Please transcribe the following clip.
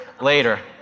later